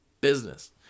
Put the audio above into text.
business